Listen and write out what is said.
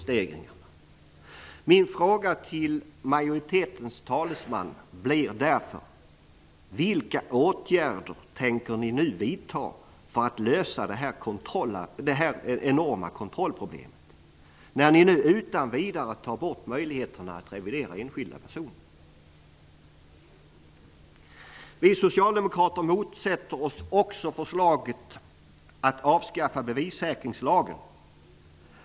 Min fråga till majoritetens talesman blir därför: Vilka åtgärder tänker ni vidta för att lösa detta enorma kontrollproblem, när ni nu utan vidare tar bort möjligheterna att revidera enskilda personer? Vi socialdemokrater motsätter oss också föreslaget om att avskaffa bevissäkringslagen.